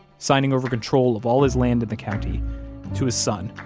signing over control of all his land in the county to his son,